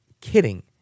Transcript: kidding